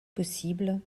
possible